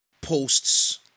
posts